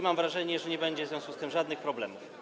Mam wrażenie, że nie będzie w związku z tym żadnych problemów.